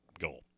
goal